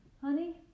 honey